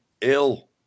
ill